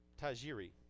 Tajiri